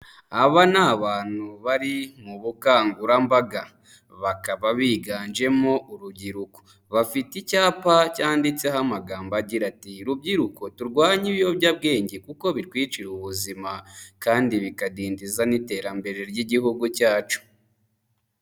Aba ni abantu bari mu bukangurambaga. Bakaba biganjemo urubyiruko. Bafite icyapa cyanditseho amagambo agira ati "rubyiruko turwanye ibiyobyabwenge kuko bitwicira ubuzima kandi bikadindiza n'iterambere ry'Igihugu cyacu."